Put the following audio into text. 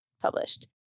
published